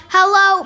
Hello